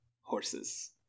horses